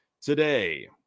today